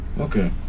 Okay